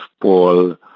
Paul